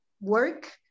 work